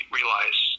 realize